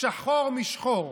שחור משחור.